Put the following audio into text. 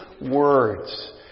words